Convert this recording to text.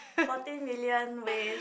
fourteen millions with